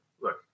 look